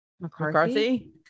McCarthy